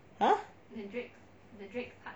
!huh!